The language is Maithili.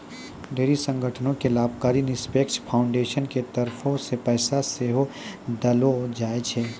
ढेरी संगठनो के लाभनिरपेक्ष फाउन्डेसन के तरफो से पैसा सेहो देलो जाय छै